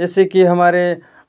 जैसे कि हमारे